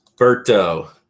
Berto